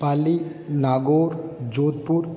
Pali Nagaur Jodhpur